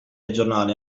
aggiornare